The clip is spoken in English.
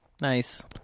Nice